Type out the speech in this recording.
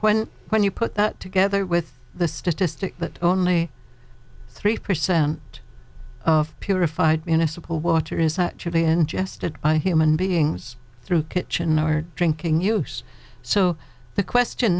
when when you put that together with the statistic that only three percent of purified municipal water is a trip ingested by human beings through kitchen or drinking use so the question